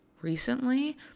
recently